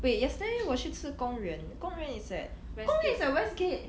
wait yesterday 我去吃宫源宫源 is at 宫源 is at westgate